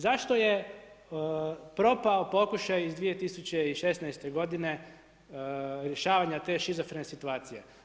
Zašto je propao pokušaj iz 2016. godine rješavanja te šizofrene situacije?